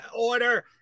order